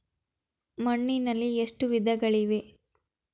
ಮಣ್ಣಿನಲ್ಲಿ ಎಷ್ಟು ವಿಧಗಳಿವೆ?